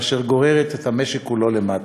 אשר גוררת את המשק כולו למטה.